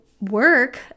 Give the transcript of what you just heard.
work